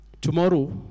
tomorrow